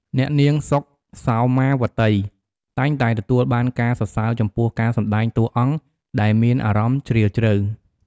អ្នកនាង សុខ សោម៉ាវត្តី តែងតែទទួលបានការសរសើរចំពោះការសម្តែងតួអង្គដែលមានអារម្មណ៍ជ្រាលជ្រៅ។